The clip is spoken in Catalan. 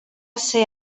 ser